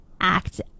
act